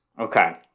Okay